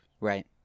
Right